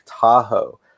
Tahoe